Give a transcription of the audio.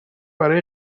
برای